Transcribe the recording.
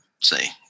say